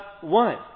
one